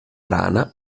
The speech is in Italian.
rana